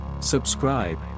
Subscribe